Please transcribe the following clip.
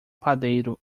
padeiro